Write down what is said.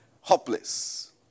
hopeless